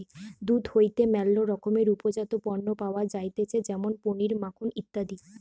দুধ হইতে ম্যালা রকমের উপজাত পণ্য পাওয়া যাইতেছে যেমন পনির, মাখন ইত্যাদি